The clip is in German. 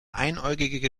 einäugige